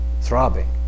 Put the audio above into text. throbbing